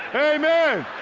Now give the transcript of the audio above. hey men!